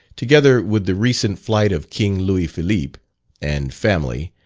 together with the recent flight of king louis philippe and family,